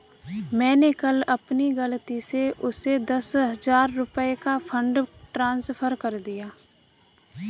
मैंने कल अपनी गलती से उसे दस हजार रुपया का फ़ंड ट्रांस्फर कर दिया